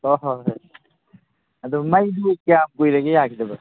ꯑꯣ ꯍꯣꯏ ꯍꯣꯏ ꯑꯗꯨ ꯃꯩꯗꯤ ꯀꯌꯥꯝ ꯀꯨꯏꯔꯒꯦ ꯌꯥꯈꯤꯗꯕ